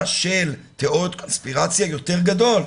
של תיאוריות קונספירציה יותר גדול.